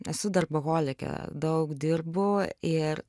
esu darboholikė daug dirbu ir